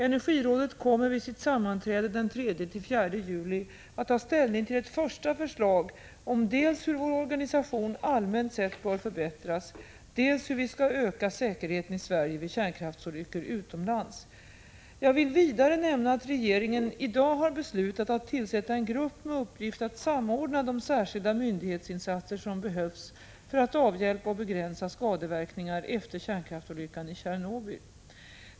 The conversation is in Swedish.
Energirådet kommer vid sitt sammanträde den 3-4 juli att ta ställning till ett första förslag om dels hur vår organisation allmänt sett bör förbättras, dels hur vi skall öka säkerheten i Sverige vid kärnkraftsolyckor utomlands. Jag vill vidare nämna att regeringen i dag har beslutat att tillsätta en grupp med uppgift att samordna de särskilda myndighetsinsatser som behövs för att avhjälpa och begränsa skadeverkningar efter kärnkraftsolyckan i Tjernobyl.